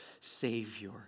Savior